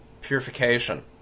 purification